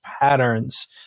patterns